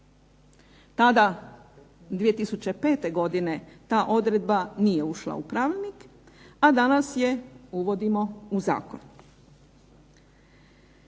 Tada 2005. godine ta odredba nije ušla u pravnik a danas je uvodimo u Zakon.